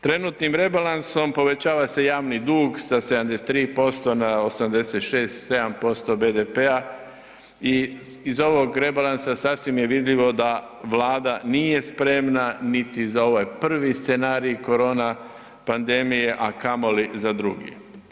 Trenutnim rebalansom povećava se javni dug sa 73% na 86, 7 posto BDP-a i iz ovog rebalansa sasvim je vidljivo je da Vlada nije spremna niti za ovaj prvi scenarij korona pandemije a kamoli za drugi.